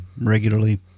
regularly